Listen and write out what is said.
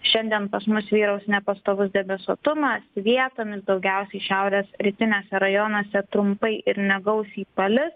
šiandien pas mus vyraus nepastovus debesuotumas vietomis daugiausiai šiaurės rytiniuose rajonuose trumpai ir negausiai palis